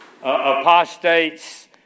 apostates